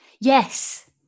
Yes